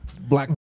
Black